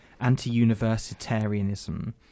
anti-universitarianism